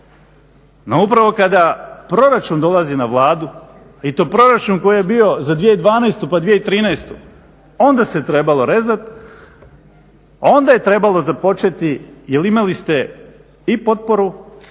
No upravo kada proračun dolazi na Vladu i to proračun koji je bio za 2012., pa 2013. onda se trebalo rezati, onda je trebalo započeti jer imali ste i potporu,